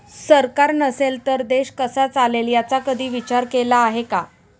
सरकार नसेल तर देश कसा चालेल याचा कधी विचार केला आहे का?